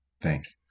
Thanks